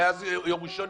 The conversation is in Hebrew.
מאז יום ראשון,